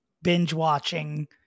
binge-watching